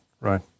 right